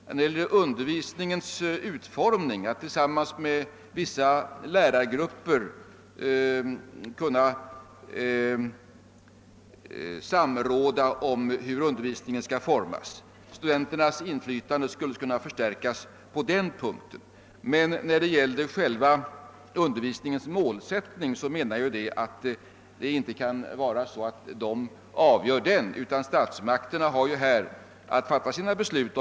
När det gäller undervisningens utformning, att tillsammans med vissa lärargrupper samråda om hur undervisningen skall formas, skulle studenternas inflytande kunna förstärkas. Men själva undervisningens målsättning anser jag inte att de bör avgöra, utan därvidlag är det statsmakterna som skall besluta.